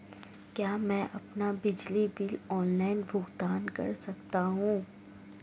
क्या मैं अपना बिजली बिल ऑनलाइन भुगतान कर सकता हूँ?